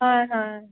হয় হয়